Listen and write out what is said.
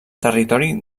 territori